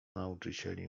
nauczycieli